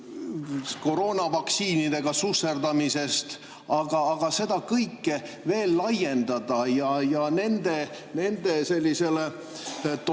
koroonavaktsiinidega susserdamisest. Aga seda kõike veel laiendada ja sellisele totaalsele